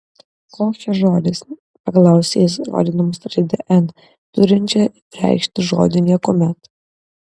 koks čia žodis paklausė jis rodydamas raidę n turinčią reikšti žodį niekuomet